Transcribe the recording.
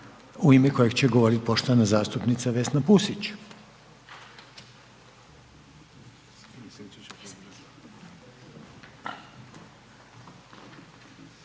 u ime kojeg će govoriti poštovana zastupnica Vesna Pusić.